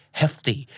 hefty